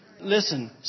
Listen